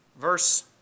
verse